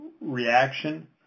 reaction